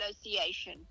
association